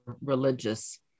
religious